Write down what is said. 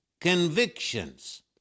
convictions